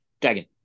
Dragon